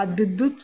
ᱛᱟᱯ ᱵᱤᱫᱩᱛ